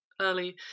early